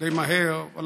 די מהר, אבל